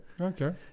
Okay